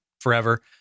forever